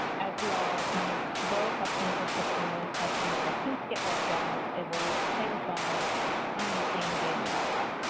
as we all kind of grow accustomed to the system, and as some of the kinks get worked out, it will save us all time and sanity in the long run.